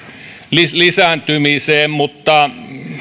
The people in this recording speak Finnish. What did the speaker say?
lisääntymiseen mutta